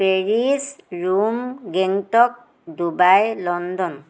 Paris Rome Gangtok Dubai London